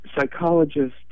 psychologist